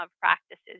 practices